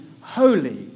holy